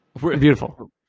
Beautiful